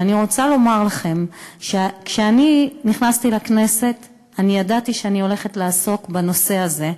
ואני רוצה לומר לכם שכשנכנסתי לכנסת ידעתי שאני הולכת לעסוק בנושא הזה,